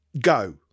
go